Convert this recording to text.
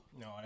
No